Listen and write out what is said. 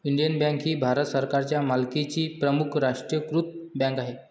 Indian Bank ही भारत सरकारच्या मालकीची प्रमुख राष्ट्रीयीकृत बँक आहे